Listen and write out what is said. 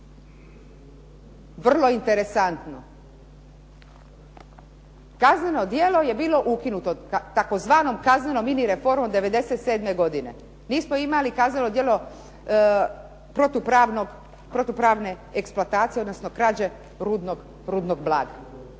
Vrlo interesantno! Kazneno djelo je bilo ukinuto tzv. kaznenom mini reformom '97. godine. Nismo imali kazneno djelo protupravne eksploatacije, odnosno krađe rudnog blaga.